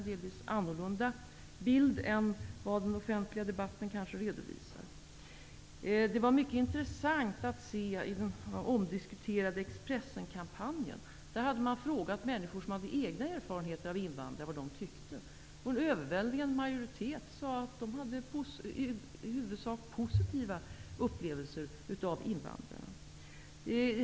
Det är en delvis annan bild än den som redovisas i den offentliga debatten. Det var mycket intressant att se att man i den omdiskuterade Expressenkampanjen hade frågat människor som har egna erfarenheter av invandrare vad de tycker. En överväldigande majoritet sade att man hade i huvudsak positiva erfarenheter av invandrare.